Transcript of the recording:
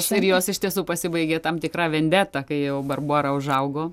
ir jos iš tiesų pasibaigė tam tikra vendeta kai barbora užaugo